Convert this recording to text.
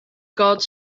gods